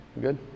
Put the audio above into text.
Good